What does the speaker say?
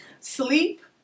sleep